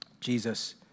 Jesus